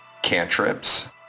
Cantrips